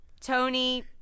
Tony